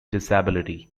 disability